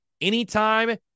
anytime